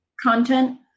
content